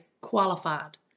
qualified